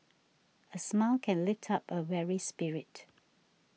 a smile can often lift up a weary spirit